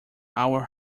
our